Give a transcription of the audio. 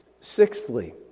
sixthly